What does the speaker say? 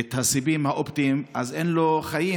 את הסיבים האופטיים אז אין לו חיים,